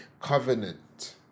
covenant